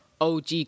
OG